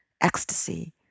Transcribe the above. ecstasy